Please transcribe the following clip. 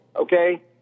okay